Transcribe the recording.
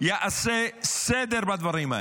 יעשה סדר בדברים האלה.